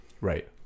Right